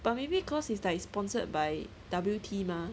but maybe because its like sponsored by w t mah